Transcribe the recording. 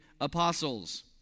apostles